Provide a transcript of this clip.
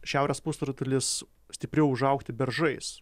šiaurės pusrutulis stipriau užaugti beržais